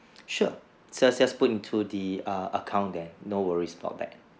sure so you just put into the err account there no worries about that